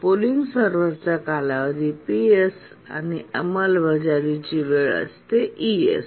polling सर्व्हरचा कालावधी ps आणि अंमलबजावणी वेळ असतो es